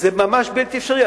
וזה ממש בלתי אפשרי.